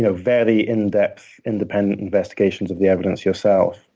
you know very in-depth, independent investigations of the evidence yourself.